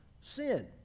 sin